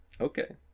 Okay